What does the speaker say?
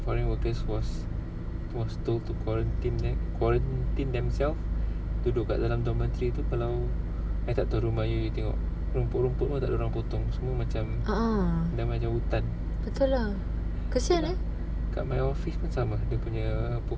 ah ah betul lah kesian eh